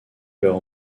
leur